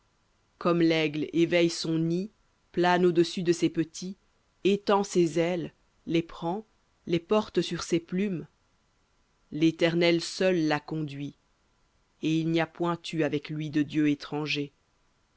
comme l'aigle éveille son nid plane au-dessus de ses petits étend ses ailes les prend les porte sur ses plumes léternel seul l'a conduit et il n'y a point eu avec lui de dieu étranger